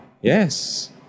Yes